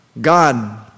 God